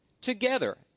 together